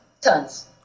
Tons